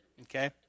Okay